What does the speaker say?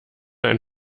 ein